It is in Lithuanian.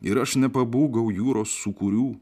ir aš nepabūgau jūros sūkurių